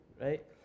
right